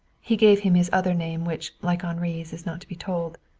he gave him his other name, which, like henri's, is not to be told.